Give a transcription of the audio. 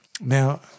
Now